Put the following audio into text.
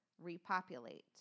repopulate